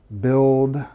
build